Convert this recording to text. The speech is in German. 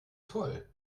toll